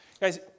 Guys